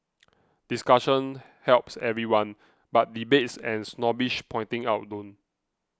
discussion helps everyone but debates and snobbish pointing out don't